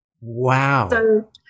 Wow